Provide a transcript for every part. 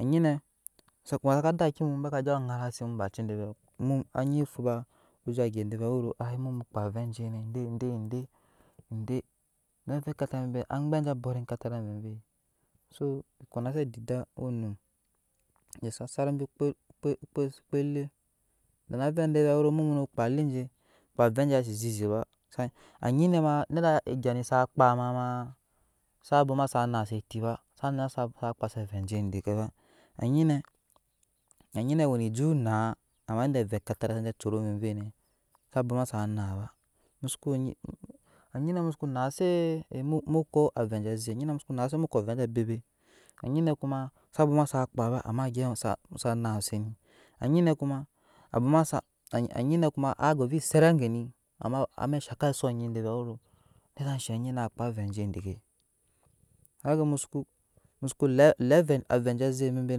Anyinɛ saka ya aze daki mu beka darasim baci de vɛɛ mu ai mu mu kpaa avɛɛ jene de de ede domi ekataai bebe nɛ agbeɛ je dɔt ekatarai vovoi zo konase adida owe onum domi ave de wero emu kpaadi kpaa avɛɛ aje sasi zeze ba anyinɛ ma nada egya ne za kpaa mama za bwoma sa naase eti ba su bwolma sa kpa se avɛɛ je deke ba anyinɛ wene eju naa ma yede avɛɛ ekatarai saba curuh dene za bwoma saa na ba musuku anyine musuku naa se muko avɛɛ aje aze nyinɛ musuko naa se mu ko avɛɛ aje a bebet anyinɛ kuma za bwoma sa kpaa ba amma gyɛp anyi saa naseni anyinɛ kuma awoma su anyinɛ kuma ago ve set ageni amma ashake asu nyi de vɛɛ wero mada shɛ onyi na kpaa avɛɛ je deke na vea musuko masuk lɛvɛ lɛvɛ aje aze bebe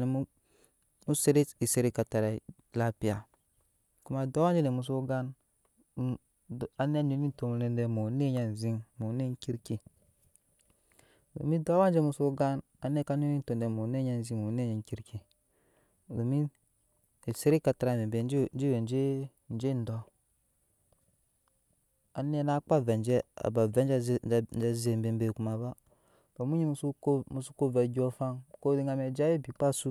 nɛ mu sere eset ekatarai lapiya kuma duk ide mu zo gan anet nuna etok me mu vɛ mu we onet nyi aziŋ onet krki muko gan awa jemuso gan anet nuna etok me mu vɛ muwe onet nyɛ aziŋ onet kirki domi eset ekatarai bebe jewu jewe eje dɔɔ anet na kpaa avɛ je ba avɛɛ je aze bebe kuma ba domi musoko musoko vɛɛ ondyɔɔŋafan ko muno je awa ebi kpaa zu.